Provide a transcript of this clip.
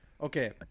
Okay